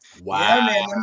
Wow